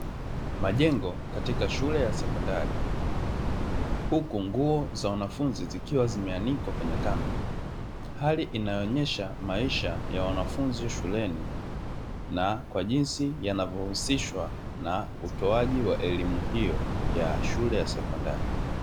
Majengo katika shule ya sekondari. Huku nguo za wanafunzi zikiwa zimeanikwa kwenye kamba, hali inayoonesha maisha ya wanafunzi shuleni, na kwa jinsi yanavyohusishwa na utoaji wa elimu hiyo ya shule ya sekondari.